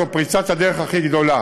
זו פריצת הדרך הכי גדולה.